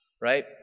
Right